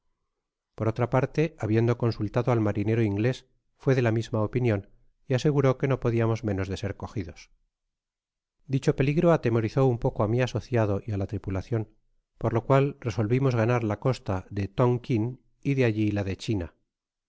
por otra parte habiendo consultado al marinero inglés fué de la misma opi nion y aseguró que no pediamos menos de ser cogidos dicho peligro atemorizó un poco á mi asociado y á la tripulacion por lo cual resolvimos ganar la costa de tonquin y de alli la de china